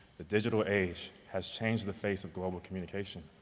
the digital age has changed the face of global communication.